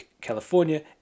California